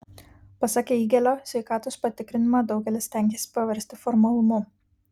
pasak eigėlio sveikatos patikrinimą daugelis stengiasi paversti formalumu